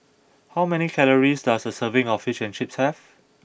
how many calories does a serving of Fish and Chips have